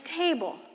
table